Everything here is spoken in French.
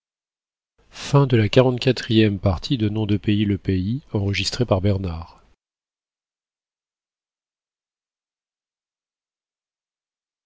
le nom de